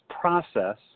process